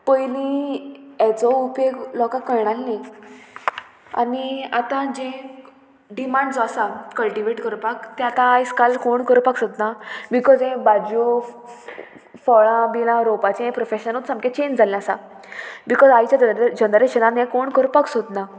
पयलीं हेचो उपेग लोकांक कळनासलें न्ही आनी आतां जें डिमांड जो आसा कल्टिवेट करपाक तें आतां आयज काल कोण करपाक सोदना बिकॉज हें भाजयो फळां बिलां रोवपाचें हें प्रोफेशनूच सामकें चेंज जाल्लें आसा बिकॉज आयच्या जनरेशनान हें कोण करपाक सोदना